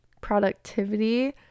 productivity